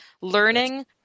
learning